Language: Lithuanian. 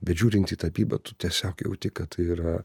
bet žiūrint į tapybą tu tiesiog jauti kad tai yra